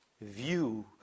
view